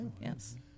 Yes